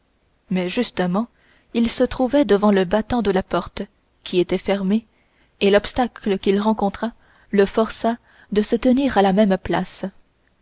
mais justement il se trouvait devant le battant de la porte qui était fermée et l'obstacle qu'il rencontra le força de se tenir à la même place